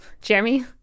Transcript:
Jeremy